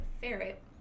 ferret